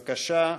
בבקשה,